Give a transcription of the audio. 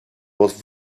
was